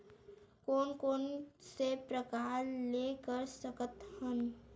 कोन कोन से प्रकार ले कर सकत हन?